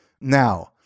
Now